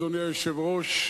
אדוני היושב-ראש.